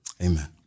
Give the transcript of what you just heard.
Amen